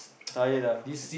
tired ah